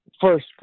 First